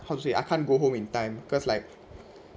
how to say I can't go home in time cause like